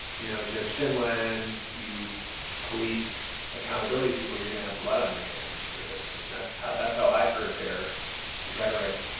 you know, judge, so and gentlemen, you police accountability people. you're going to have blood on your hands for this. i mean, that's how that's how i heard their rhetoric,